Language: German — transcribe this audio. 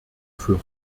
für